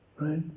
right